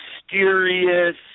mysterious